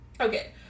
Okay